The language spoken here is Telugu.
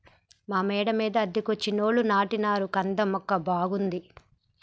మా మేడ మీద అద్దెకున్నోళ్లు నాటినారు కంద మొక్క బాగుంది